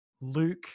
Luke